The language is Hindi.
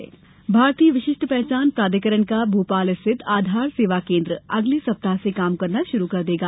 आधार भारतीय विशिष्ट पहचान प्राधिकरण का भोपाल स्थित आधार सेवा केन्द्र अगले सप्ताह से काम करना शुरू कर देगा